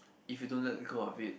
if you don't let go of it